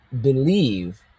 believe